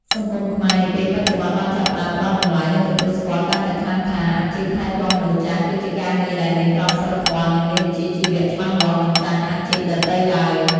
សង្គមខ្មែរនាពេលបច្ចុប្បន្នបានចាប់ផ្តើមផ្តល់តម្លៃ និងទទួលស្គាល់កាន់តែខ្លាំងថា អាជីពថែទាំមនុស្សចាស់គឺជាការងារដែលមានក្រមសីលធម៌ និងមានវិជ្ជាជីវៈច្បាស់លាស់មិនចាញ់អាជីពដទៃឡើយ។